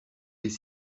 des